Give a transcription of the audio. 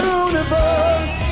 universe